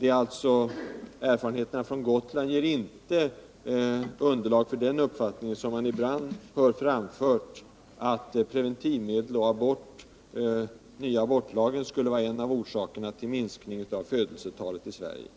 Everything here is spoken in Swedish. Er farenheterna från Gotland ger alltså inte underlag för den uppfattningen, som man ibland hör framföras, att preventivmedlen och den nya abortlagen skulle vara bidragande orsaker till nedgången i födelsetalet i Sverige.